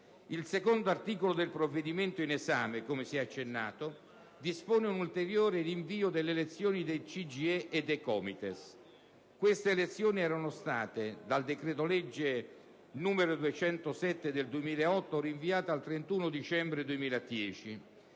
Il secondo articolo del provvedimento in esame, come si è accennato, dispone un ulteriore rinvio delle elezioni del CGIE e dei COMITES. Queste elezioni erano state, dal decreto-legge n. 207 del 2008, rinviate al 31 dicembre del 2010.